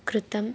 कृतं